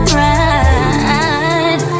right